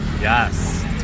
Yes